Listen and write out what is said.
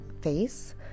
face